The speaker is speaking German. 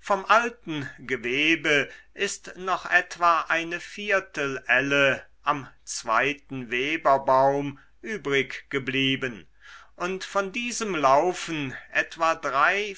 vom alten gewebe ist noch etwa eine viertelelle am zweiten weberbaum übriggeblieben und von diesem laufen etwa drei